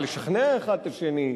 לשכנע אחד את השני,